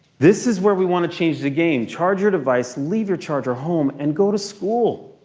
this is where we want to change the game. charge your device. leave your charger home and go to school.